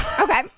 Okay